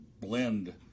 blend